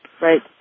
Right